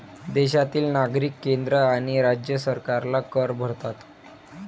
देशातील नागरिक केंद्र आणि राज्य सरकारला कर भरतात